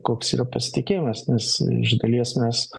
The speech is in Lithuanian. koks yra pasitikėjimas nes iš dalies mes